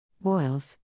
Boils